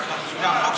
למה.